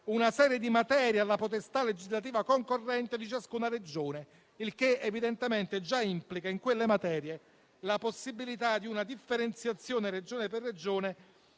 una serie di materie alla potestà legislativa concorrente di ciascuna Regione, il che evidentemente già implica in quelle materie la possibilità di una differenziazione Regione per Regione,